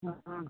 हाँ